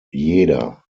jeder